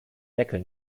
deckel